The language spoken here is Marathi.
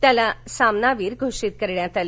त्याला सामनावीर घोषित करण्यात आलं